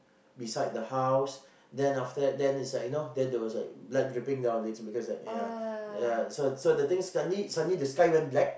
beside the house then after that then is like you know then was like blood dripping down her legs because like ya ya so so the thing is suddenly suddenly the sky went black